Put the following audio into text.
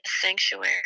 sanctuary